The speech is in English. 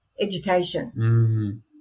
education